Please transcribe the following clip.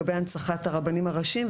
לגבי הנצחת הרבנים הראשיים,